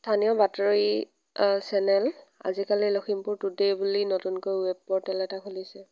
স্থানীয় বাতৰি চেনেল আজিকালি লক্ষীমপুৰ টুডে বুলি নতুনকৈ ৱেব পৰ্টেল এটা খুলিছে